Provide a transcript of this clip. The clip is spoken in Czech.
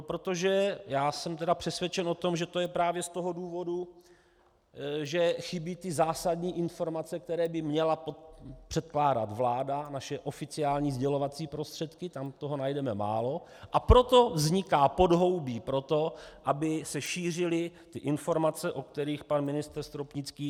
Protože, já jsem tedy přesvědčen o tom, že to je právě z toho důvodu, že chybí zásadní informace, které by měla předkládat vláda, naše oficiální sdělovací prostředky, tam toho najdeme málo, a proto vzniká podhoubí pro to, aby se šířily ty informace, o kterých pan ministr Stropnický hovořil.